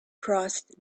crossed